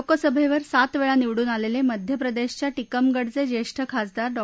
लोकसभेवर सात वेळा निवडून आलेले मध्य प्रदेशच्या टिकमगडचे ज्येष्ठ खासदार डॉ